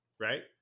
Right